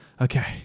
okay